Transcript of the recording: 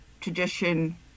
tradition